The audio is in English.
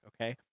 okay